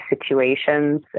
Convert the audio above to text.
situations